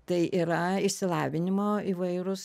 tai yra išsilavinimo įvairūs